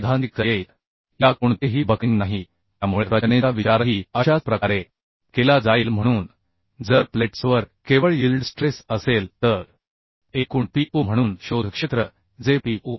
तर सैद्धांतिकदृष्ट्या कोणतेही बक्लिंग नाही त्यामुळे रचनेचा विचारही अशाच प्रकारे केला जाईल म्हणून जर प्लेट्सवर केवळ यील्ड स्ट्रेस असेल तर आपण क्रॉस सेक्शनल क्षेत्र एकूण pu म्हणून शोधू शकतो जे pu